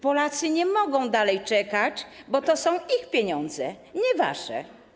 Polacy nie mogą dalej czekać, bo to są ich pieniądze, nie wasze.